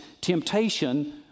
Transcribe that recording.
temptation